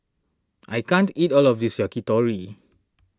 I can't eat all of this Yakitori